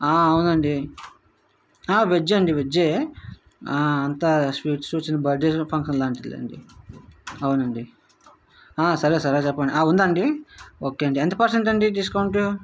అవునండి వెజ్ అండి వెజ్జే అంత స్వీట్స్ చిన్న బర్త్డే ఫంక్షన్ లాంటిది లేండి అవును అండి సరే సరే చెప్పండి ఆ ఉందా అండి ఓకే అండి ఎంత పర్సెంట్ అండి డిస్కౌంట్